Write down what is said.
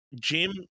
Jim